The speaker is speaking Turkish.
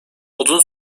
odun